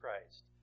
Christ